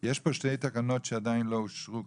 יש פה שתי תקנות שעדיין לא אושרו.